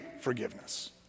forgiveness